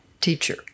teacher